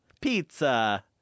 Pizza